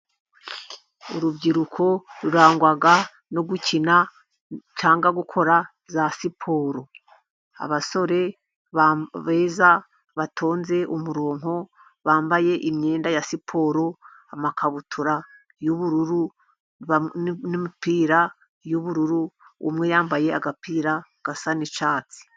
Urubyiruko rurangwa no gukina cyangwa gukora za siporo. Abasore beza, batonze umurongo, bambaye imyenda ya siporo: amakabutura y’ubururu n’imipira y’ubururu. Umwe yambaye agapira gasa n’icyatsi.